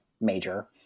major